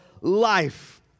life